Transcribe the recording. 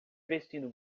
vestindo